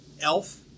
Elf